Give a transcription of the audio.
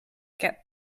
get